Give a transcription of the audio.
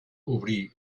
obrir